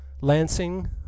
Lansing